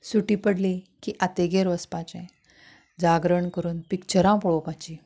सुटी पडली की आतेगेर वचपाचें जागरण करून पिच्चरां पळोवपाची